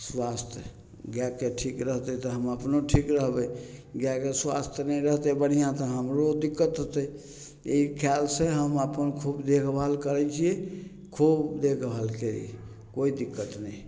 स्वास्थ्य गायके ठीक रहतै तऽ हम अपनो ठीक रहबय गायके स्वास्थ्य नहि रहतइ बढ़िआँ तऽ हमरो दिक्कत हेतै ई ख्यालसँ हम अपन खूब देखभाल करय छियै खूब देखभाल कयली कोइ दिक्कत नहि हइ